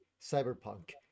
cyberpunk